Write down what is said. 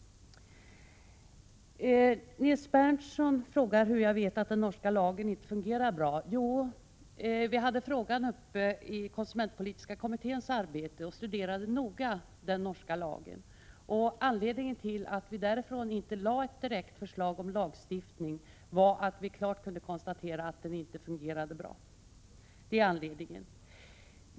Nils Berndtson frågar hur jag vet att den norska lagen inte fungerar bra. Vi hade frågan uppe i konsumentpolitiska kommitténs arbete och studerade noga den norska lagen. Anledningen till att vi inte lagt fram ett direkt förslag om lagstiftning var att vi klart kunde konstatera att lagen inte fungerar bra. Det är alltså anledningen.